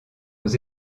aux